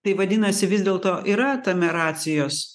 tai vadinasi vis dėlto yra tame racijos